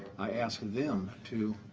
i asked them to